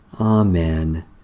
Amen